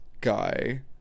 guy